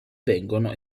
vengono